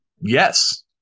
yes